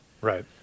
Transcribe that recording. Right